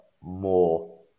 more